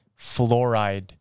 fluoride